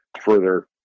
further